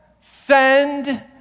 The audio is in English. send